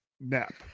nap